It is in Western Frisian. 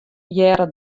hearre